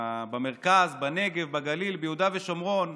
במרכז, בנגב, בגליל, ביהודה ושומרון,